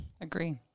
Agree